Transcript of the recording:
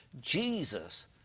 Jesus